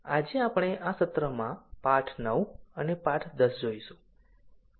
આજે આપણે આ સત્રમાં પાઠ 9 અને 10 જોઈશું